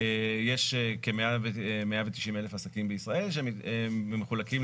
יש כ-190 אלף עסקים בישראל שמחולקים